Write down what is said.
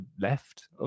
left